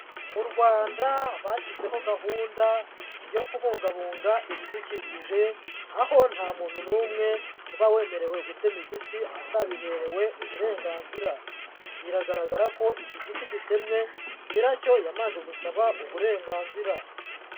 Mu Rwanda bashyizeho gahunda yo kubungabunga ibidukikije, aho nta muntu n'umwe uba wemerewe gutema igiti atabiherewe uburenganzira. Biragaragara ko iki giti gitemye nyiracyo yamanje gusaba uburenganzira.